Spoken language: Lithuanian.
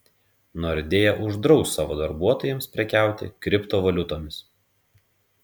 nordea uždraus savo darbuotojams prekiauti kriptovaliutomis